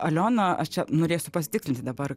aliona aš čia norėsiu pasitikslinti dabar